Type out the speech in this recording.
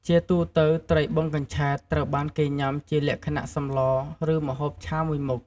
ជាទូទៅ ត្រីបឹងកញ្ឆែតត្រូវបានគេញ៉ាំជាលក្ខណៈសម្លរ ឬម្ហូបឆាមួយមុខ។